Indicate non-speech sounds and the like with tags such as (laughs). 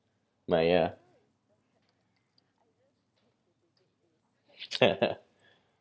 my uh (laughs)